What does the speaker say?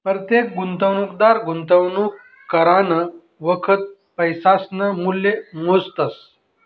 परतेक गुंतवणूकदार गुंतवणूक करानं वखत पैसासनं मूल्य मोजतस